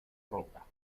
roca